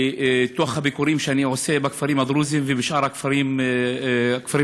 בביקורים שאני עושה בכפרים הדרוזיים ובשאר הכפרים הערביים.